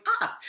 up